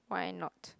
why not